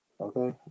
okay